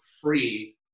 free